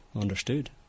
understood